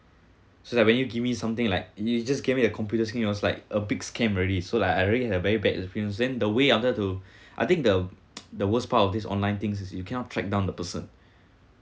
so like when you give me something like you just give me a computer screen I was like a big scam already so like I really have very bad experience then the way I tries to I think the the worst part of this online thing is you can't track down the person